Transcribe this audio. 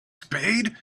spade